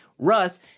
Russ